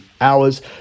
hours